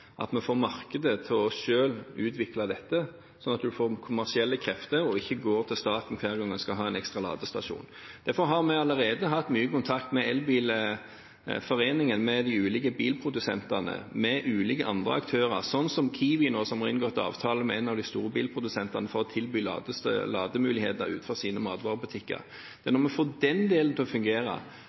at vi får markedet til selv å utvikle dette, sånn at man får kommersielle krefter og ikke går til staten hver gang man skal ha en ekstra ladestasjon. Derfor har vi allerede hatt mye kontakt med Elbilforeningen, med de ulike bilprodusentene, med ulike andre aktører, som KIWI, som har inngått avtale med en av de store bilprodusentene for å tilby lademuligheter utenfor sine matvarebutikker. Det er når vi får den delen til å fungere,